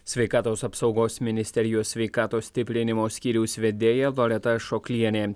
sveikatos apsaugos ministerijos sveikatos stiprinimo skyriaus vedėja loreta ašoklienė